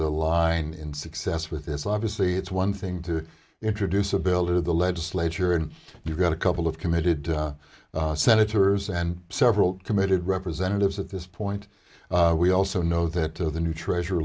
the line in success with this obviously it's one thing to introduce a bill to the legislature and you've got a couple of committed senators and several committed representatives at this point we also know that the new treasure